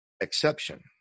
exception